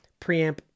preamp